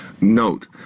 Note